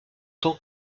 tant